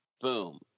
Boom